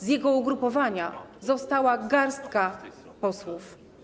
Z jego ugrupowania została garstka posłów.